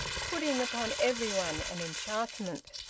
putting upon everybody an enchantment.